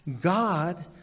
God